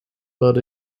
but